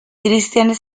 christian